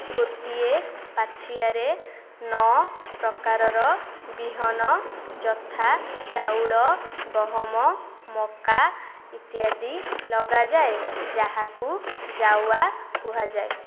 ଗୋଟିଏ ପାଛିଆରେ ନଅପ୍ରକାରର ବିହନ ଯଥା ଚାଉଳ ଗହମ ମକା ଇତ୍ୟାଦି ଲଗାଯାଏ ଯାହାକୁ ଜାୱା କୁହାଯାଏ